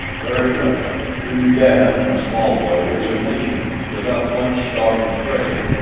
very well. we began in a small way as a nation, without much stock-in-trade,